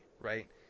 right